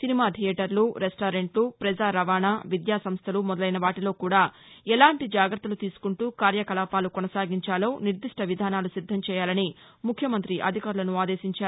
cinema థియేటర్లు రెస్టారెంట్లు ప్రజా రవాణా విద్యా సంస్టలు మొదలైన వాటిలోకూడా ఎలాంటి జాగ్రత్తలు తీసుకుంటూ కార్యకలాపాలు కొనసాగించాలో నిర్దిష్ట విధానాలు సిద్దం చేయాలని ముఖ్యమంతి అధికారులను ఆదేశించారు